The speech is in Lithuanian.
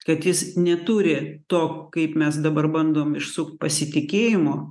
kad jis neturi to kaip mes dabar bandom išsukt pasitikėjimo